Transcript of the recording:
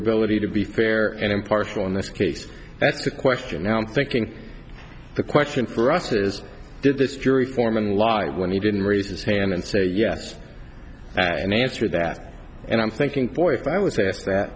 ability to be fair and impartial in this case that's the question now thinking the question for us is did this jury foreman lie when he didn't raise this hand and say yes and i answer that and i'm thinking boy if i was asked that